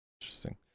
Interesting